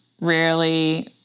Rarely